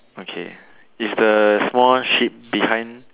okay is the small sheep behind